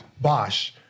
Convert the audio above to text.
Bosch